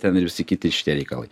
ten ir visi kiti šitie reikalai